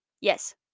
Yes